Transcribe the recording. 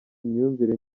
imyumvire